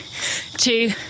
two